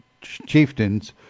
chieftains